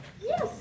Yes